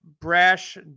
Brash